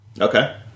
okay